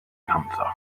panza